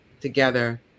together